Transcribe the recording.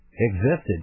Existed